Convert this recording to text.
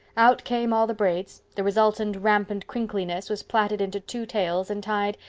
out came all the braids the resultant rampant crinkliness was plaited into two tails and tied,